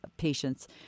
patients